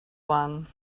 one